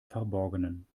verborgenen